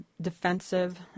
defensive